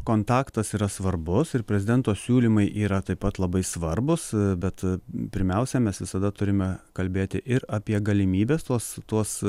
kontaktas yra svarbus ir prezidento siūlymai yra taip pat labai svarbūs bet pirmiausia mes visada turime kalbėti ir apie galimybes tuos tuos